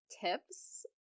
tips